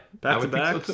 Back-to-back